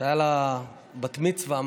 הייתה בת-מצווה.